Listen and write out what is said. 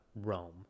Rome